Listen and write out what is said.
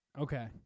Okay